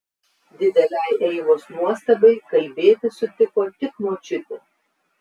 didelei eivos nuostabai kalbėti sutiko tik močiutė